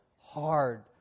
hard